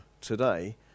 today